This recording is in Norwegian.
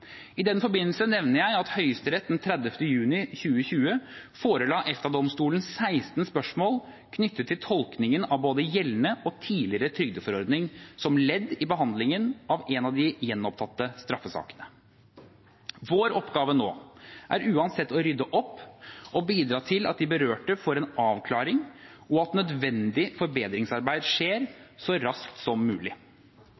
I den forbindelse nevner jeg at Høyesterett den 30. juni 2020 forela EFTA-domstolen 16 spørsmål knyttet til tolkningen av både gjeldende og tidligere trygdeforordning, som ledd i behandlingen av en av de gjenopptatte straffesakene. Vår oppgave nå er uansett å rydde opp og bidra til at de berørte får en avklaring, og at nødvendig forbedringsarbeid skjer